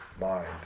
mind